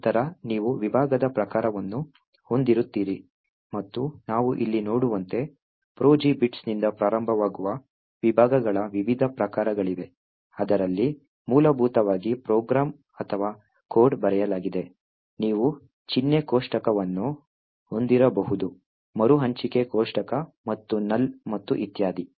ನಂತರ ನೀವು ವಿಭಾಗದ ಪ್ರಕಾರವನ್ನು ಹೊಂದಿರುತ್ತೀರಿ ಮತ್ತು ನಾವು ಇಲ್ಲಿ ನೋಡುವಂತೆ PROGBITS ನಿಂದ ಪ್ರಾರಂಭವಾಗುವ ವಿಭಾಗಗಳ ವಿವಿಧ ಪ್ರಕಾರಗಳಿವೆ ಅದರಲ್ಲಿ ಮೂಲಭೂತವಾಗಿ ಪ್ರೋಗ್ರಾಂ ಅಥವಾ ಕೋಡ್ ಬರೆಯಲಾಗಿದೆ ನೀವು ಚಿಹ್ನೆ ಕೋಷ್ಟಕವನ್ನು ಹೊಂದಿರಬಹುದು ಮರುಹಂಚಿಕೆ ಕೋಷ್ಟಕ ಮತ್ತು NULL ಮತ್ತು ಇತ್ಯಾದಿ